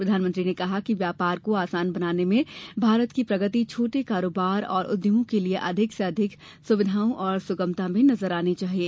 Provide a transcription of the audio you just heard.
प्रधानमंत्री ने कहा कि व्यापार को आसान बनाने में भारत की प्रगति छोटे कारोबार और उद्यमों के लिए अधिक से अधिक सुविधाओं और सुगमता में नजर आनी चाहिए